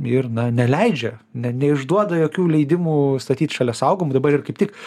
ir na neleidžia ne neišduoda tokių leidimų statyt šalia saugomų dabar yra kaip tik